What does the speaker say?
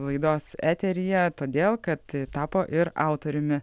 laidos eteryje todėl kad tapo ir autoriumi